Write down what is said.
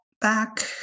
back